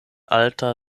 alta